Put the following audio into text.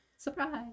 surprise